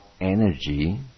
energy